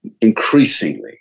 increasingly